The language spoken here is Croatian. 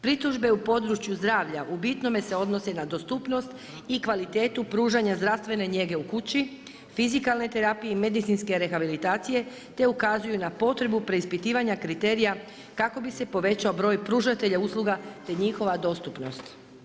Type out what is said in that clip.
Pritužbe u području zdravlja u bitnome se odnose na dostupnost i kvalitetu pružanja zdravstvene njege u kući, fizikalne terapije i medicinske rehabilitacije te ukazuju na potrebu preispitivanja kriterija kako bi se povećao broj pružatelja usluga te njihova dostupnost.